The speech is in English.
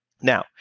Now